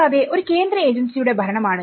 കൂടാതെ ഒരു കേന്ദ്ര ഏജൻസിയുടെ ഭരണം ആണ്